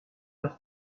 leur